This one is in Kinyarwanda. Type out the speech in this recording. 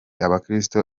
abakristu